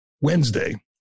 Wednesday